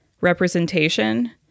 representation